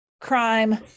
crime